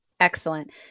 Excellent